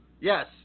Yes